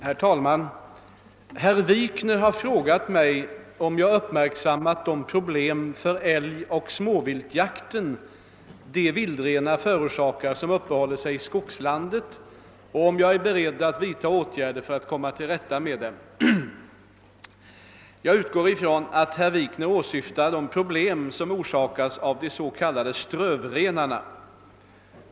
Herr talman! Herr Wikner har frågat mig om jag uppmärksammat de problem för älgoch småviltjakten de vildrenar förorsakar som uppehåller sig i skogslandet och om jag är beredd vidtaga åtgärder för att komma till rätta med dem. Jag utgår från att herr Wikner åsyftar de problem som orsakas av de s.k. strövrenarna.